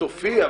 הסופי,